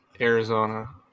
Arizona